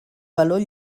valor